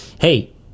Hey